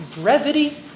brevity